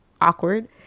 awkward